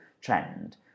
trend